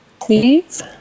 Please